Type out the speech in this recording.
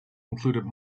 included